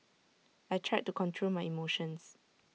I tried to control my emotions